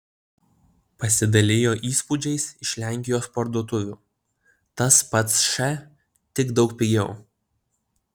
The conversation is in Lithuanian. pasidalijo įspūdžiais iš lenkijos parduotuvių tas pats š tik daug pigiau